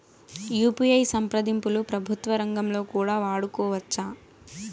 UPI సంప్రదింపులు ప్రభుత్వ రంగంలో కూడా వాడుకోవచ్చా?